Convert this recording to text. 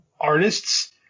artists